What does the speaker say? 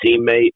teammate